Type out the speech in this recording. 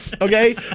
Okay